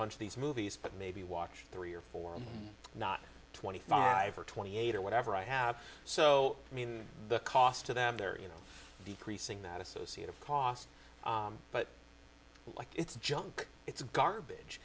bunch of these movies but maybe watch three or four and not twenty five or twenty eight or whatever i have so mean the cost to them there you know decreasing that associated costs but like it's junk it's